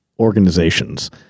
Organizations